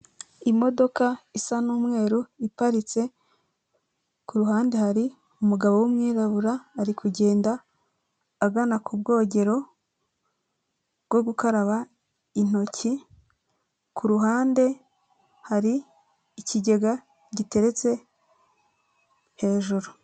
Imodoka isa n'umweru iparitse, ku ruhande hari umugabo w'umwirabura, ari kugenda agana ku bwogero bwo gukaraba intoki, ku ruhande hari ikigega giteretse hejuru.